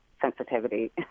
sensitivity